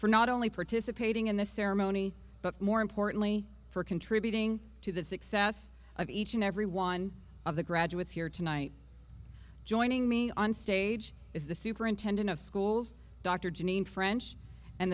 for not only participating in the ceremony but more importantly for contributing to the success of each and every one of the graduates here tonight joining me on stage is the superintendent of schools dr jeanine french and